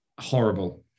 horrible